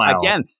Again